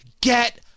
get